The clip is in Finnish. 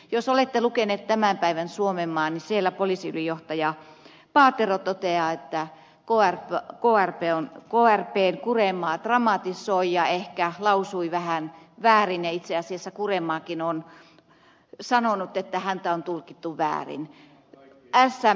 jos olette lukeneet tämän päivän suomenmaan niin siellä poliisiylijohtaja paatero toteaa että krpn kurenmaa dramatisoi ja ehkä lausui vähän väärin ja itse asiassa kurenmaakin on sanonut että häntä on tulkittu väärin